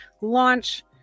launch